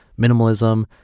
minimalism